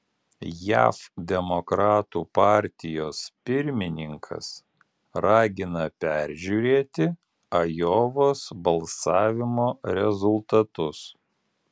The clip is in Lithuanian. jav demokratų partijos pirmininkas ragina peržiūrėti ajovos balsavimo rezultatus